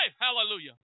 Hallelujah